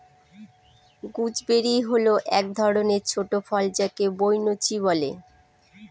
gooseberry হল এক ধরনের ছোট ফল যাকে বৈনচি বলে